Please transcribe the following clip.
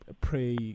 pray